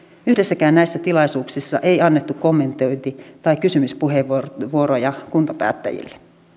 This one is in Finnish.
yhdessäkään näistä tilaisuuksista ei annettu kommentointi tai kysymyspuheenvuoroja kuntapäättäjille